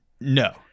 no